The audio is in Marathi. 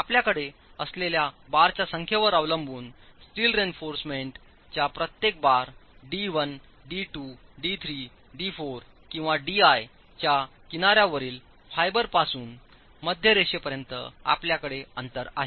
आपल्याकडे असलेल्या बारच्या संख्येवर अवलंबून स्टील रेइन्फॉर्समेंट च्या प्रत्येक bar D 1 D 2 D 3 D 4 किंवा डी आय च्या किनार्यावरील फायबरपासून मध्यरेषापर्यंत आपल्याकडे अंतर आहे